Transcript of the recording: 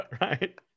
Right